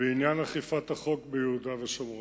בעניין אכיפת החוק ביהודה ושומרון.